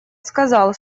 сказал